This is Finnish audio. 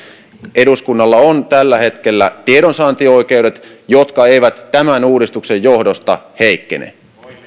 eduskunnalla on tiedonsaantioikeudet jotka eivät tämän uudistuksen johdosta heikkene